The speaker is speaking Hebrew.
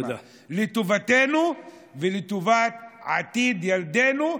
לטובתנו ולטובת עתיד ילדינו.